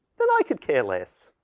then i could care less.